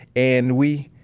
and we,